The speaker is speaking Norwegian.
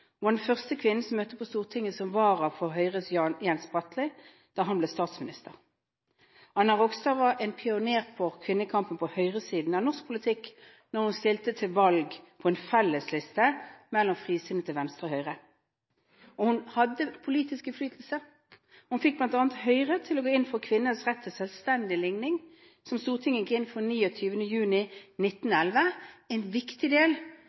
var den første kvinnen som møtte på Stortinget som vararepresentant for Høires Jens Bratlie, da han ble statsminister. Anna Rogstad var en pioner for kvinnekampen på høyresiden av norsk politikk da hun stilte til valg på en fellesliste mellom Frisinnede Venstre og Høire. Hun hadde politisk innflytelse. Hun fikk bl.a. Høire til å gå inn for kvinners rett til selvstendig ligning, som Stortinget gikk inn for den 29. juni 1911 – en viktig del